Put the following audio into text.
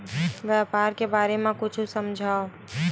व्यापार के बारे म कुछु समझाव?